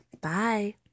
Bye